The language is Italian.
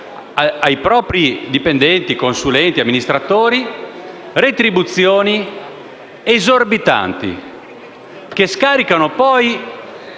ai propri dipendenti, consulenti e amministratori retribuzioni esorbitanti, che si scaricano, poi,